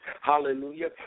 hallelujah